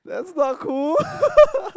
that's not cool